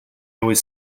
always